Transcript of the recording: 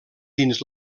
dins